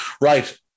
Right